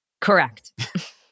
Correct